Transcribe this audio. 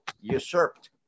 usurped